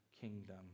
kingdom